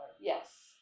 Yes